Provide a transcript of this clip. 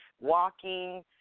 walking